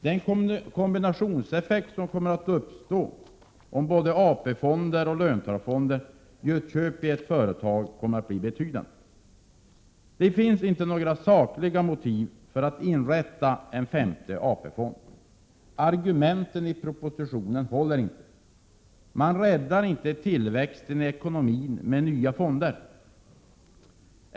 Den kombinationseffekt som kommer att uppstå om både AP-fonder och löntagarfonder gör köp i ett företag kommer att bli betydande. Det finns inte några sakliga motiv för att inrätta en femte AP-fond. Argumenten i propositionen håller inte. Man räddar inte tillväxten i ekonomin med nya fonder.